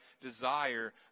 desire